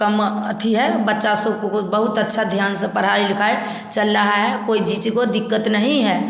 कम अथी है बच्चा सबको बहुत अच्छा ध्यान से पढ़ाई लिखाई चल रहा है कोई किसी को दिक्कत नहीं है